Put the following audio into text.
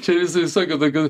čia vis visokių tokių